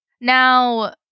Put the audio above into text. Now